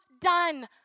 done